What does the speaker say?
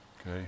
Okay